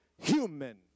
Human